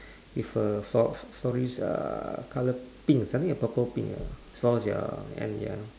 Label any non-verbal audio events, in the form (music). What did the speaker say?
(breath) with a flor~ floral uh colour pink something like purple pink flor~ ya and ya